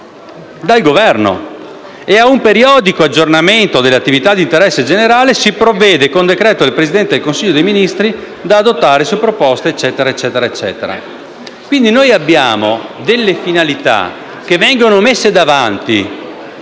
dell'articolo 4, «Al periodico aggiornamento delle attività di interesse generale si provvede con decreto del Presidente del Consiglio dei ministri da adottare su proposta (...)». Quindi noi abbiamo delle finalità che vengono messe davanti